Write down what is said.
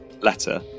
letter